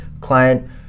Client